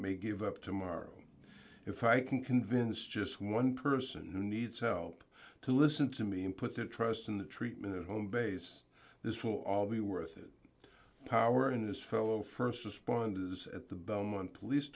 may give up tomorrow if i can convince just one person who needs help to listen to me and put their trust in the treatment at home base this will all be worth it power in this fellow st responders at the belmont police